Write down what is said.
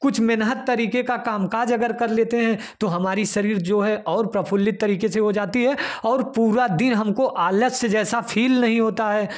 कुछ मेहनत तरीके का कामकाज अगर कर लेते हैं तो हमारा शरीर जो है और प्रफुल्लित तरीके से हो जाती है और पूरा दिन हमको आलस्य जैसा फील नहीं होता है